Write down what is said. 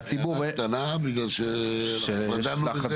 הערה קטנה, בגלל שאנחנו כבר דנו בזה.